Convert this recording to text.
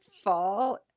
fall